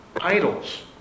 idols